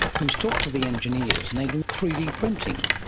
who has talked to the engineers, and they do three d printing.